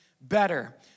better